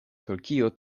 turkio